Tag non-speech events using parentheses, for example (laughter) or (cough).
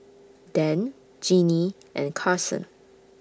Dan Jinnie and Karson (noise)